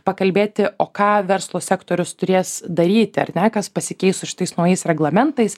pakalbėti o ką verslo sektorius turės daryti ar ne kas pasikeis su šitais naujais reglamentais